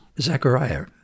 Zechariah